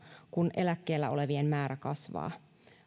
kun eläkkeellä olevien määrä kasvaa